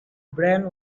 brand